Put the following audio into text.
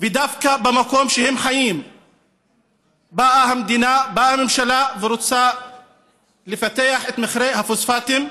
ודווקא במקום שהם חיים באה הממשלה ורוצה לפתח את מכרה הפוספטים.